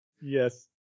yes